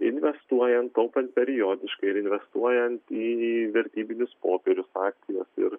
investuojant taupant periodiškai ir investuojant į vertybinius popierius akcijas ir